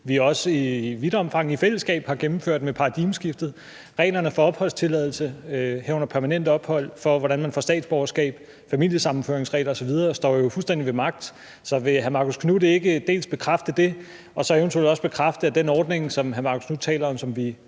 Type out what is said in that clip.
vi også i vidt omfang i fællesskab har gennemført med paradigmeskiftet. Reglerne for opholdstilladelse – herunder permanent ophold – reglerne for, hvordan man får statsborgerskab, familiesammenføringsreglerne osv. står jo fuldstændig ved magt. Så vil hr. Marcus Knuth ikke dels bekræfte det og så eventuelt også bekræfte, at den ordning, som hr. Marcus Knuth taler om, og som vi